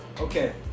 Okay